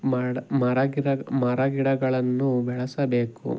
ಮರ ಮರ ಗಿಡ ಮರ ಗಿಡಗಳನ್ನು ಬೆಳಸಬೇಕು